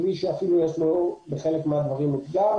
בלי שאפילו יש לו בחלק מהדברים אתגר